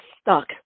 stuck